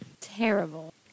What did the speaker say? Terrible